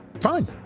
Fine